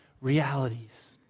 realities